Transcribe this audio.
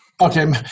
Okay